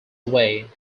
away